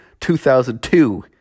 2002